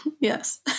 Yes